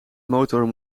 motor